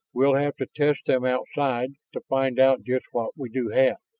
we'll have to test them outside to find out just what we do have.